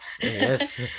Yes